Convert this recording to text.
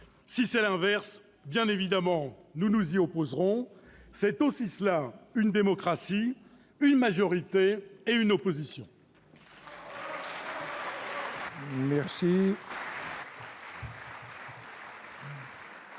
si c'est l'inverse, bien évidemment nous nous y opposerons. C'est aussi cela une démocratie : une majorité et une opposition.